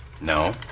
No